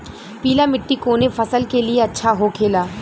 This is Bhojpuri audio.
पीला मिट्टी कोने फसल के लिए अच्छा होखे ला?